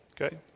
Okay